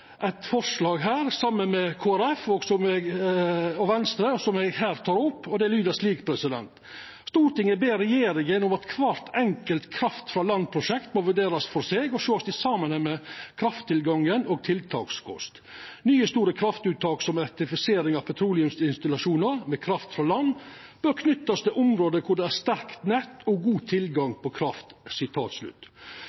og Venstre, som eg her tek opp, og det lyder slik: «Stortinget ber regjeringen om at hvert enkelt «kraft-fra-land» prosjekt må vurderes for seg og sees i sammenheng med krafttilgang og tiltakskost. Nye store kraftuttak som elektrifisering av petroleumsinstallasjoner med «kraft-fra-land» bør knyttes til områder hvor det er sterkt nett og god tilgang